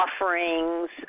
offerings